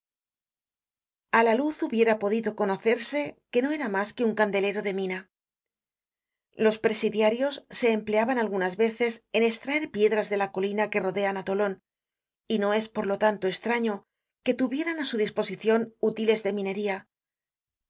a la luz hubiera podido conocerse que no era mas que un candelero de mina los presidiarios se empleaban algunas veces en estraer piedra de las colinas que rodean á tolon y no es por lo tanto estraño que tuvieran á su disposicion útiles de minería